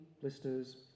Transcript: blisters